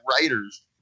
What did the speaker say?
writers